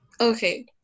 Okay